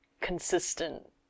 consistent